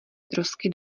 trosky